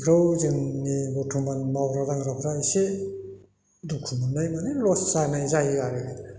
बेफोराव जोंनि बर्थ'मान मावग्रा दांग्राफ्रा इसे दुखु मोननाय माने लस जानाय जायो आरो